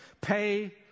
pay